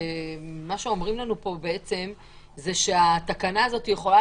ומה שאומרים לנו פה זה שהתקנה הזאת יכולה